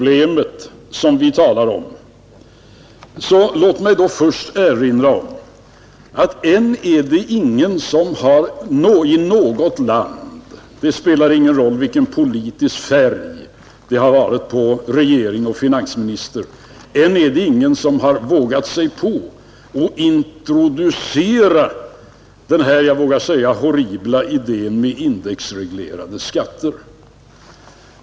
Låt mig erinra om att det ännu inte är något land — oavsett vilken politisk färg det-har på regering och finansminister — som har vågat sig på att introducera den här, jag vågar säga horribla idén med indexreglerade skatter.